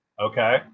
Okay